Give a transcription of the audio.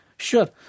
Sure